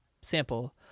sample